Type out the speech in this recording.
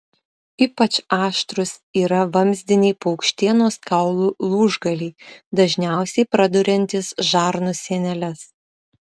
ypač aštrūs yra vamzdiniai paukštienos kaulų lūžgaliai dažniausiai praduriantys žarnų sieneles